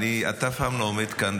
אתה אף פעם לא עומד כאן,